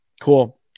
Cool